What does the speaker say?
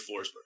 Forsberg